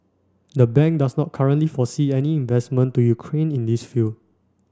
the bank does not currently foresee any investment to Ukraine in this field